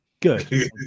Good